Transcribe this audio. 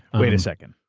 wait a second.